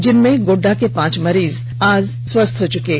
जिनमें गोड्डा के पांच मरीज आज स्वस्थ हो चुके हैं